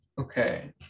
Okay